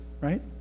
right